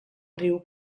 riu